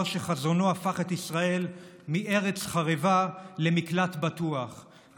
שחזונו הפך את ישראל מארץ חרבה למקלט בטוח,